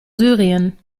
syrien